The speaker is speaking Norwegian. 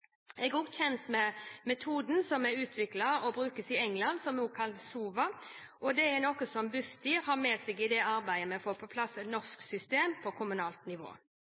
Jeg er også kjent med metoden som er utviklet og brukes i England, kalt SOVA, som er noe Bufdir har med seg i arbeidet med å få på plass et norsk system på kommunalt nivå.